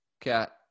Cat